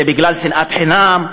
בגלל שנאת חינם,